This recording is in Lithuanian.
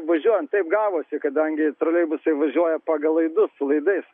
važiuojant taip gavosi kadangi troleibusai važiuoja pagal laidus su laidais